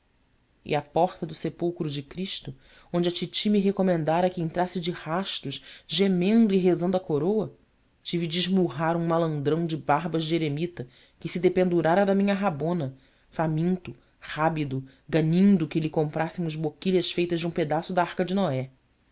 à porta do sepulcro de cristo onde a titi me recomendara que entrasse de rastos gemendo e rezando a coroa tive de esmurrar um malandrão de barbas de eremita que se dependurara da minha rabona faminto rábido ganindo que lhe comprássemos boquilhas feitas de um pedaço da arca de noé